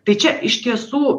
tai čia iš tiesų